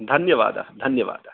धन्यवादः धन्यवादः